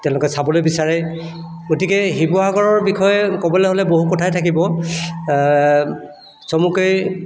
তেওঁলোকে চাবলৈ বিচাৰে গতিকে শিৱসাগৰৰ বিষয়ে ক'বলৈ হ'লে বহু কথাই থাকিব চমুকৈ